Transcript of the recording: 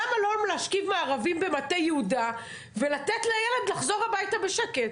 למה לא יכולים להשכיב מארבים במטה יהודה ולתת לילד לחזור הביתה בשקט?